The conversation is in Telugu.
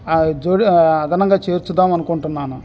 చూడు అదనంగా చేర్చుదాము అనుకుంటున్నాను